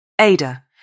Ada